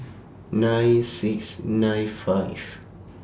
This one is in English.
nine six nine five